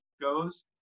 goes